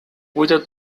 without